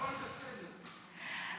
הכול בסדר,